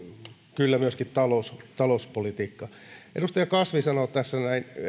kyllä myöskin talouspolitiikkaa edustaja kasvi sanoi tässä